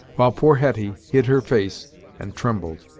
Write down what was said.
while poor hetty hid her face and trembled.